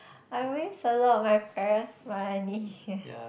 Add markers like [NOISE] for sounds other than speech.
I waste a lot of my parents money [NOISE]